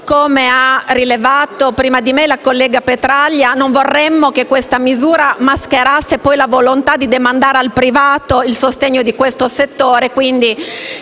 come ha rilevato prima di me la collega Petraglia, non vorremmo che questa misura mascherasse poi la volontà di demandare al privato il sostegno di questo settore